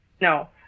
No